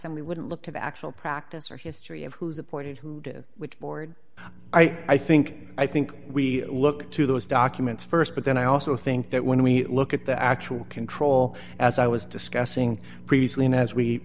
and we wouldn't look to the actual practice or history of who's appointed who did witchboard i think i think we look to those documents st but then i also think that when we look at the actual control as i was discussing previously and as we